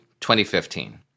2015